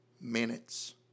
minutes